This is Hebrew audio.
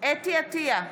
אתי עטייה,